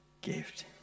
gift